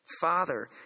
Father